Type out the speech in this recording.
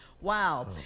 Wow